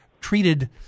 treated